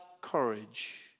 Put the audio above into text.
courage